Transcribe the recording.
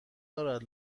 دارد